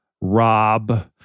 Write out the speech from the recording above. Rob